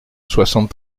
soixante